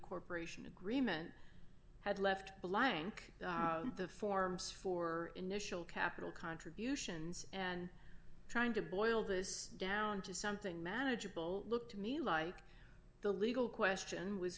corporation agreement had left blank the forms for initial capital contributions and trying to boil this down to something manageable looked to me like the legal question was